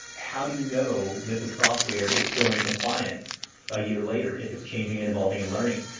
how do you know that the software is still in compliance a year later if it's changing and evolving and learning?